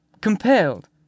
compelled